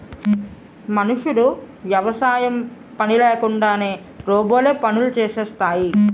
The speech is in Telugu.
మనుషులు యవసాయం పని చేయకుండా రోబోలే పనులు చేసేస్తాయి